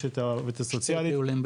יש עזרה סוציאלית,